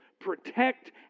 Protect